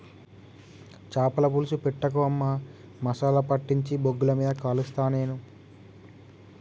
చాపల పులుసు పెట్టకు అమ్మా మసాలా పట్టించి బొగ్గుల మీద కలుస్తా నేను